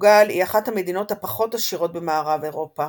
פורטוגל היא אחת המדינות הפחות עשירות במערב אירופה.